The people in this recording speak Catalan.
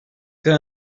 que